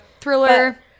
Thriller